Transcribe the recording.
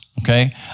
okay